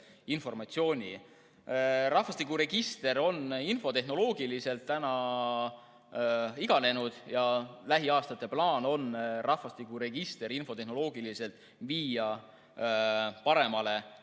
Rahvastikuregister on infotehnoloogiliselt iganenud ja lähiaastatel on plaanis viia rahvastikuregister infotehnoloogiliselt paremale